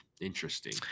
Interesting